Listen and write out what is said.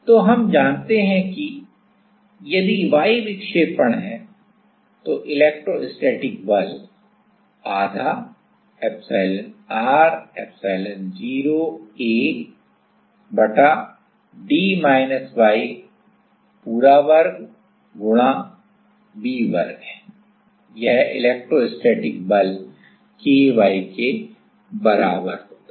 तो हम जानते हैं कि यदि y विक्षेपण है तो इलेक्ट्रोस्टैटिक बल आधा epsilon r epsilon0 A को d y पूरे वर्ग गुणा V वर्ग है यह इलेक्ट्रोस्टैटिक बल K y के बराबर होता है